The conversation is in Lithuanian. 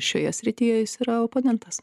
šioje srityje jis yra oponentas